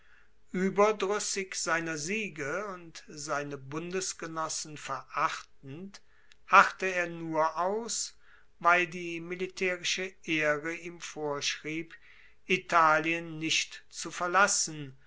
ueberdruessig seiner siege und seine bundesgenossen verachtend harrte er nur aus weil die militaerische ehre ihm vorschrieb italien nicht zu verlassen